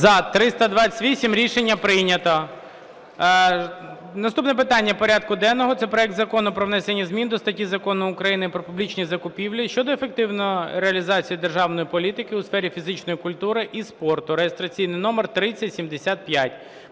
За-328 Рішення прийнято. Наступне питання порядку денного – це проект Закону про внесення зміни до статті Закону України "Про публічні закупівлі" щодо ефективної реалізації державної політики у сфері фізичної культури і спорту (реєстраційний номер 3075).